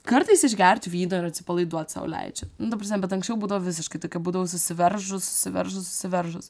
kartais išgert vyno ir atsipalaiduot sau leidžiu nu ta prasme bet anksčiau būdavo visiškai tokia būdavau susiveržus veržus susiveržus